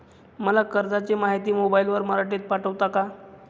मला कर्जाची माहिती मोबाईलवर मराठीत पाठवता का?